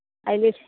अहिले